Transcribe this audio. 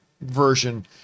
version